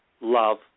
love